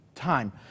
time